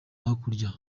hakurya